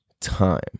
time